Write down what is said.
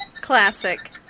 Classic